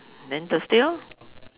then Thursday orh